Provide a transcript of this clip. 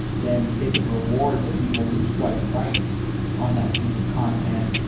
then they could reward the people who swiped right on that piece of content.